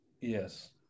Yes